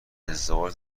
ازدواج